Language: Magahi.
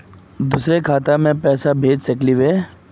दुसरे खाता मैं पैसा भेज सकलीवह?